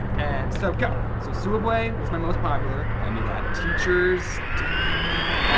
and so, go. so sooubway was my most popular. i knew that. teachers did really well.